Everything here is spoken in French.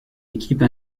équipe